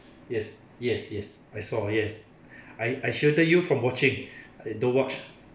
yes yes yes I saw yes I I shelter you from watching uh don't watch